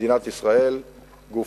מדינת ישראל גופא.